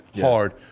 hard